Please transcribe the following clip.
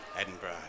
Edinburgh